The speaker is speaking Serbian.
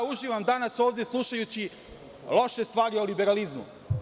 Uživam danas ovde slušajući loše stvari o liberalizmu.